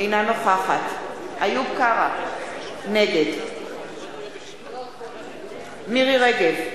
אינה נוכחת איוב קרא, נגד מירי רגב,